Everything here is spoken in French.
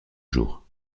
jours